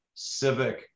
civic